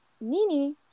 Nini